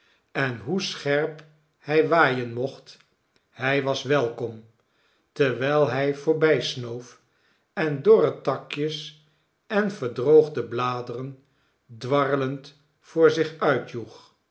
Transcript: en hoe scherp hij waaien mocht hij was welkom terwijl hij voorbijsnoof en dorre takjes en verdroogde bladeren dwarlend voor zich uitjoeg